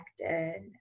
connected